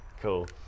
Cool